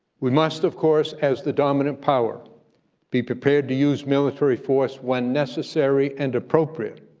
we must of course as the dominant power be prepared to use military force when necessary and appropriate,